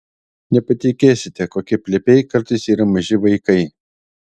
nepatikėsite kokie plepiai kartais yra maži vaikai